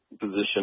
position